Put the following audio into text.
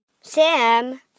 Sam